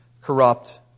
corrupt